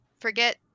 forget